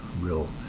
real